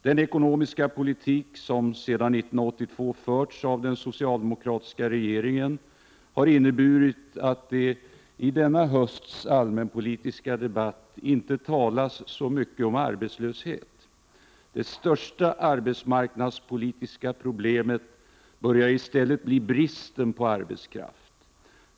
Den ekonomiska politik som förts sedan 1982 av den socialdemokratiska regeringen har inneburit att det i denna hösts allmänpolitiska debatt inte talas så mycket om arbetslöshet. Det största arbetsmarknadspolitiska problemet börjar i stället bli bristen på arbetskraft.